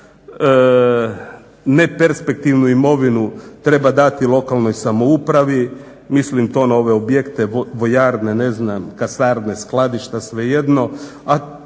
neperspektivnu imovinu treba dati lokalnoj samoupravi. Mislim to na ove objekte, vojarne, ne znam kasarne, skladišta svejedno.